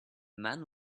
man